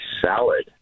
salad